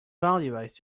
evaluate